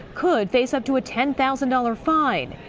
could face up to a ten thousand dollars fine.